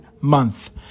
month